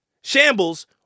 shambles